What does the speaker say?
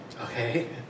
Okay